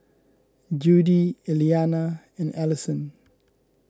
Judy Eliana and Allyson